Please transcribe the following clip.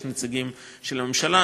יש נציגים של הממשלה,